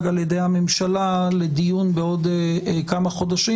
על ידי הממשלה לדיון בעוד כמה חודשים.